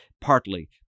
partly